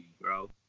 bro